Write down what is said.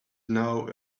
now